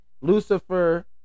Lucifer